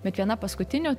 bet viena paskutinių